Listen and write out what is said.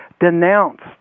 denounced